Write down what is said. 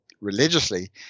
religiously